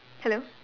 hello